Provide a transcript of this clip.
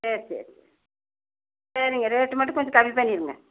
சரி சரி சரிங்க ரேட்டு மட்டும் கொஞ்சம் கம்மி பண்ணிருங்க